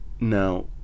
Now